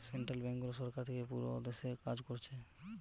central ব্যাংকগুলো সরকার থিকে পুরো দেশে কাজ কোরছে